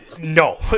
No